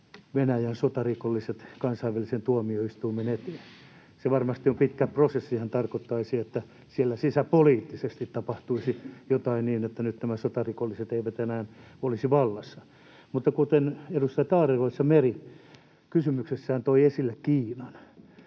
Venäjän sotarikolliset kansainvälisen tuomioistuimen eteen. Se varmasti on pitkä prosessi. Sehän tarkoittaisi, että siellä sisäpoliittisesti tapahtuisi jotain niin, että nyt nämä sotarikolliset eivät enää olisi vallassa. Edustajat Adlercreutz ja Meri kysymyksissään toivat esille Kiinan.